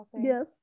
Yes